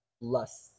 lust